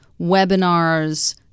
webinars